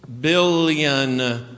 billion